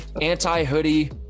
anti-hoodie